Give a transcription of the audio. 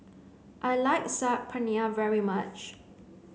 I like Saag Paneer very much